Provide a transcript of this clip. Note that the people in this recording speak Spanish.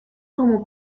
como